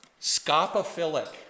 Scopophilic